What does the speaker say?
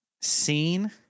seen